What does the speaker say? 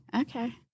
okay